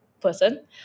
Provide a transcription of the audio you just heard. person